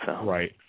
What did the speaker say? Right